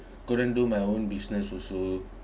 couldn't do my own business also